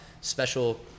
special